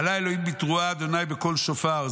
"עלה אלהים בתרועה ה' בקול שופר.